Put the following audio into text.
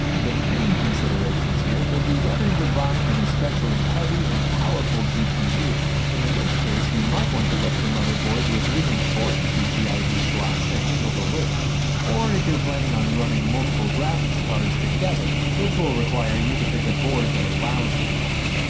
the main considerations here will be whether you're buying an especially heavy and powerful gpu in which case you might want to look for motherboards with reinforced pcie slots to handle the weight or if you're planning on running multiple graphics cards together which will require you to pick a board that allows for that.